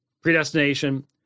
predestination